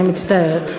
אני מצטערת.